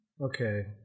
okay